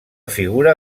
figura